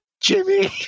Jimmy